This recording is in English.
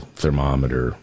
thermometer